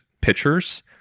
pitchers